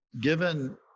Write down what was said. given